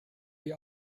die